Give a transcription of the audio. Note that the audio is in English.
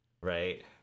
Right